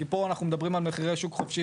כי פה אנחנו מדברים על מחירי שוק חופשי